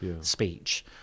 speech